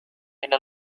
إلى